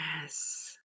Yes